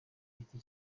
giti